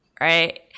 right